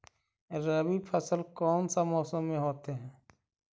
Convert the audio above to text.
रवि फसल कौन सा मौसम में होते हैं?